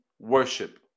worship